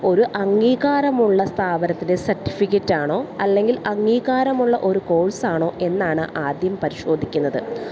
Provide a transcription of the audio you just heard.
ഒരു അംഗീകാരമുള്ള സ്ഥാപനത്തിന്റെ സർട്ടിഫിക്കറ്റാണോ അല്ലെങ്കിൽ അംഗീകാരമുള്ള ഒരു കോഴ്സാണോ എന്നാണ് ആദ്യം പരിശോധിക്കുന്നത്